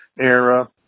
era